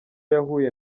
yahuye